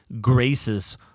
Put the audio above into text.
graces